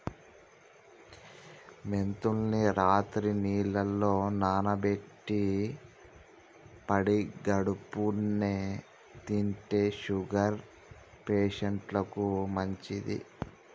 మెంతుల్ని రాత్రి నీళ్లల్ల నానబెట్టి పడిగడుపున్నె తింటే షుగర్ పేషంట్లకు మంచిది